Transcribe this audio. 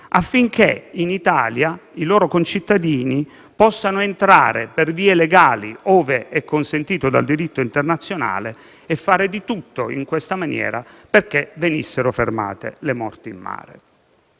affinché in Italia i loro concittadini potessero entrare per vie legali, ove è consentito dal diritto internazionale, e a fare di tutto perché venissero fermate le morti in mare.